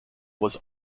was